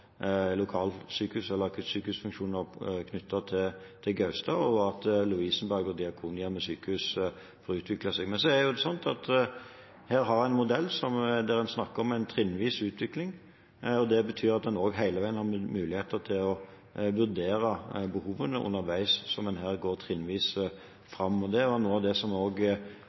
at Lovisenberg Sykehus og Diakonhjemmet Diakonale Sykehus får utviklet seg. Men her har vi en modell der en snakker om en trinnvis utvikling, og det betyr at en hele veien har muligheter til å vurdere behovene underveis, mens en går trinnvis fram. Det var også noe av det som regjeringen var opptatt av og